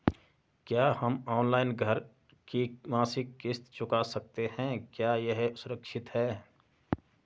क्या हम ऑनलाइन घर की मासिक किश्त चुका सकते हैं क्या यह सुरक्षित है?